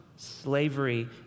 slavery